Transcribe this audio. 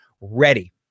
ready